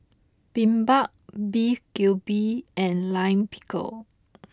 Bibimbap Beef Galbi and Lime Pickle